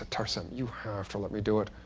ah tarsem. you have to let me do it,